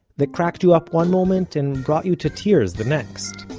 that cracked you up one moment, and brought you to tears the next.